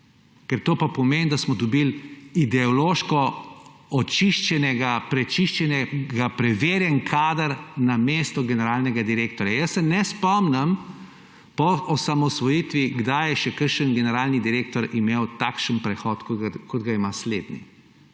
ker to pa pomeni, da smo dobili ideološko očiščeni, prečiščeni, preverjeni kader na mesto generalnega direktorja. Jaz se ne spomnim po osamosvojitvi, kdaj je še kakšen generalni direktor imel takšen prehod, kot ga ima slednji.